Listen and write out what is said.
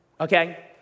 Okay